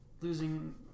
losing